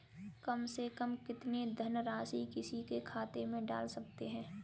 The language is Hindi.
कम से कम कितनी धनराशि किसी के खाते में डाल सकते हैं?